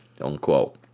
unquote